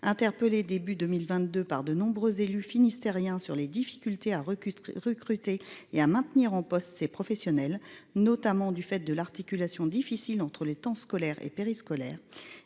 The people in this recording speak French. interpellés début 2022 par de nombreux élus finistériens sur les difficultés à recruter recruter et à maintenir en poste ces professionnels notamment du fait de l'articulation difficile entre les temps scolaires et périscolaires.